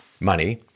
money